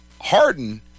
Harden